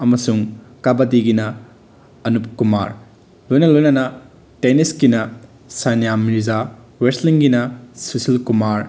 ꯑꯃꯁꯨꯡ ꯀꯕꯥꯗꯤꯒꯤꯅ ꯑꯅꯨꯞ ꯀꯨꯃꯥꯔ ꯂꯣꯏꯅ ꯂꯣꯏꯅꯅ ꯇꯦꯅꯤꯁꯀꯤꯅ ꯁꯣꯅꯤꯌꯥ ꯃꯤꯔꯖꯥ ꯔꯦꯁꯂꯤꯡꯒꯤꯅ ꯁꯨꯁꯤꯜ ꯀꯨꯃꯥꯔ